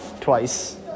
twice